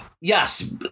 yes